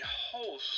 whole